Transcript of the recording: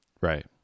Right